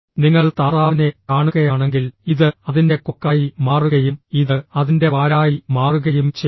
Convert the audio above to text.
നിങ്ങൾ താറാവിനെ കാണുകയാണെങ്കിൽ ഇത് അതിന്റെ കൊക്കായി മാറുകയും ഇത് അതിന്റെ വാലായി മാറുകയും ചെയ്യുന്നു